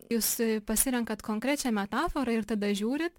jūs pasirenkat konkrečią metaforą ir tada žiūrit